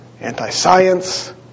anti-science